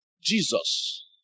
Jesus